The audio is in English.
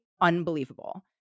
unbelievable